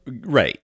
Right